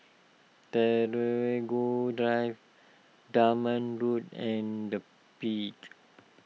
Drive Dunman Road and the Peak